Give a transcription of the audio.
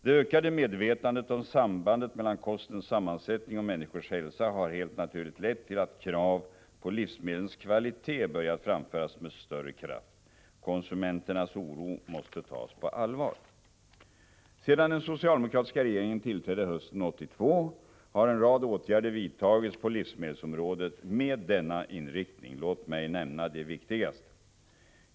Det ökade medvetandet om sambandet mellan kostens sammansättning och människors hälsa har helt naturligt lett till att krav på livsmedlens kvalitet börjat framföras med större kraft. Konsumenternas oro måste tas på allvar. Sedan den socialdemokratiska regeringen tillträdde hösten 1982 har en rad åtgärder vidtagits på livsmedelsområdet med denna inriktning. Låt mig nämna de viktigaste.